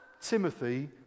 Timothy